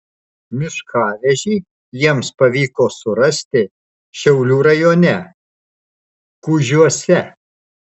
miškavežį jiems pavyko surasti šiaulių rajone kužiuose